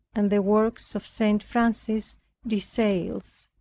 and the works of st. francis de sales.